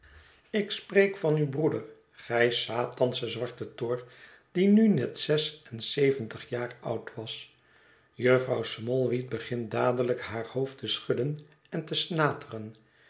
ik spreek van uw broeder gij satansche zwarte tor die nu net zes en zeventig jaar oud was jufvrouw smallweed begint dadelijk haar hoofd te schudden en te snateren